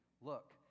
Look